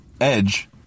edge